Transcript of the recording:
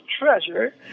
treasure